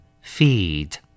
Feed